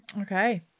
Okay